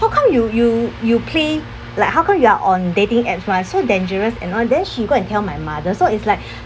how come you you you play like how come you are on dating apps [one] so dangerous and then she go and tell my mother so it's like